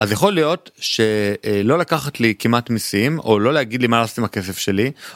אז יכול להיות שלא לקחת לי כמעט מסים או לא להגיד לי מה לעשות עם הכסף שלי.